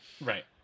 Right